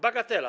Bagatela.